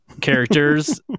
characters